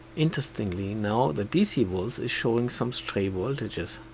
interestingly, now the dc volts is showing some stray voltages.